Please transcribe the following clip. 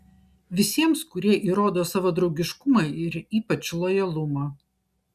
visiems kurie įrodo savo draugiškumą ir ypač lojalumą